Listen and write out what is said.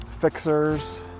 fixers